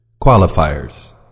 Qualifiers